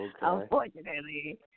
Unfortunately